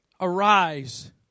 Arise